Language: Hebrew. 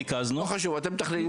לפי סעיפי חיקוק אז אחפש את סעיף 350 יחד